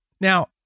Now